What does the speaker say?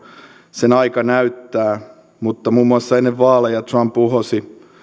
sen aika näyttää mutta muun muassa ennen vaaleja trump uhosi